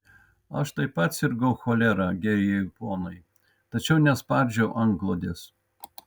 aš taip pat sirgau cholera gerieji ponai tačiau nespardžiau antklodės